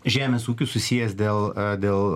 žemės ūkiu susijęs dėl dėl